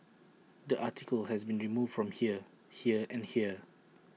the article has been removed from here here and here